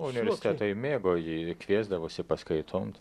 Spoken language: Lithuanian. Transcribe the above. universitetai mėgo jį kviesdavosi paskaitoms